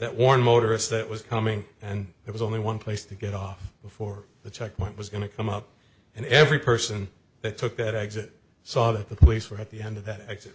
that one motorist that was coming and it was only one place to get off before the checkpoint was going to come up and every person that took that exit saw that the police were at the end of that exit